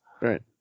Right